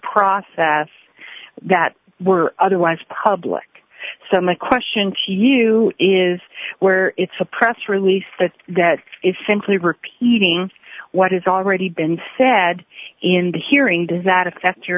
process that were otherwise public so my question to you is where it's a press release but that it's simply repeating what is already been said in the hearing does that affect your